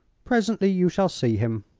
presently you shall see him.